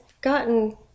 gotten